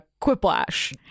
quiplash